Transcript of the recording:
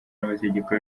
n’amategeko